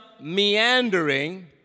meandering